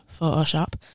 photoshop